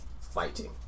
fighting